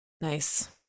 Nice